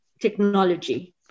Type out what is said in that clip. technology